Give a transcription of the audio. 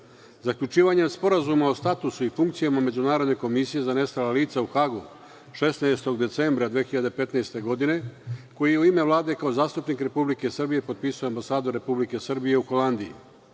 Zaključivanjem Sporazuma o statusu i funkcijama Međunarodne komisije za nestala lica u Hagu 16. decembra 2015. godine, koji je u ime Vlade kao zastupnik Republike Srbije potpisao ambasador Republike Srbije u Holandiji,